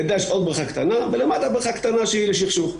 לידה יש עוד בריכה קטנה ולמטה בריכה קטנה שהיא לשכשוך.